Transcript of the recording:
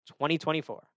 2024